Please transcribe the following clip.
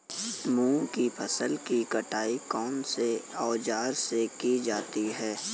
मूंग की फसल की कटाई कौनसे औज़ार से की जाती है?